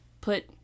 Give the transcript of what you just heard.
put